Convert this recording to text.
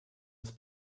ist